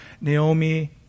Naomi